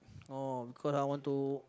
oh cause I want to